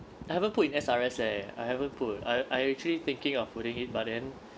I haven't put in S_R_S leh I haven't put I I actually thinking of putting it but then